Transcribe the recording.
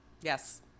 Yes